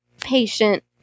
patient